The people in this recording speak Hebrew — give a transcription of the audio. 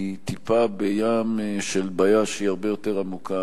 טיפה בים של בעיה שהיא הרבה יותר עמוקה,